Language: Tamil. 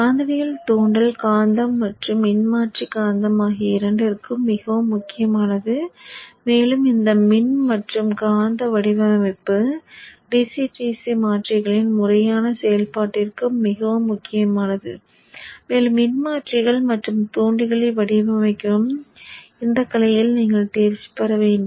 காந்தவியல் தூண்டல் காந்தம் மற்றும் மின்மாற்றி காந்தம் ஆகிய இரண்டிற்கும் மிகவும் முக்கியமானது மேலும் இந்த மின் மற்றும் காந்த வடிவமைப்பு DC DC மாற்றிகளின் முறையான செயல்பாட்டிற்கு மிகவும் முக்கியமானது மேலும் மின்மாற்றிகள் மற்றும் தூண்டிகளை வடிவமைக்கும் இந்த கலையில் நீங்கள் தேர்ச்சி பெற வேண்டும்